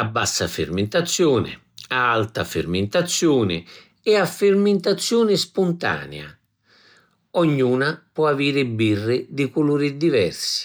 a bassa firmintaziuni, a alta firmintaziuni e a firmintaziuni spuntania. Ognuna pò aviri birri di culuri diversi.